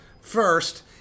First